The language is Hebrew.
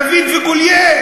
דוד וגוליית.